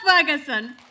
Ferguson